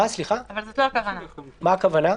מה הכוונה?